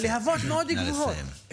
הלהבות מאוד גבוהות.